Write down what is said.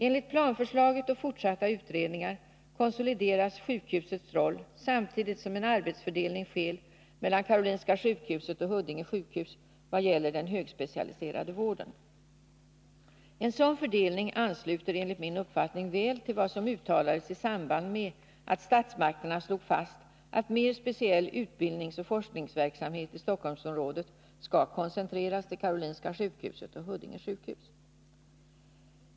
Enligt planförslaget och fortsatta utredningar konsolideras sjukhusets roll samtidigt som en arbetsfördelning sker mellan Karolinska sjukhuset och Huddinge sjukhus vad gäller den högspecialiserade vården. En sådan fördelning ansluter enligt min uppfattning väl till vad som uttalades i samband med att statsmakterna slog fast att mer speciell utbildningsoch forskningsverksamhet i Stockholmsområdet skall koncentreras till Karolinska sjukhuset och Huddinge sjukhus.